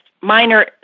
minor